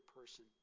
person